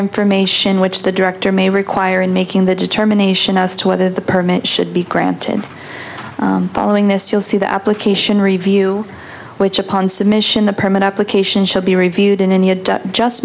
information which the director may require in making the determination as to whether the permit should be granted following this you'll see the application review which upon submission the permit application should be reviewed in and he had just